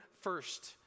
first